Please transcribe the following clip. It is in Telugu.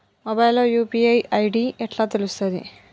మొబైల్ లో యూ.పీ.ఐ ఐ.డి ఎట్లా తెలుస్తది?